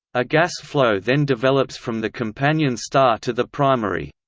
a gas flow then develops from the companion star to the primary.